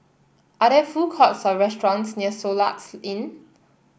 are there food courts or restaurants near Soluxe Inn